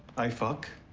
i fuck,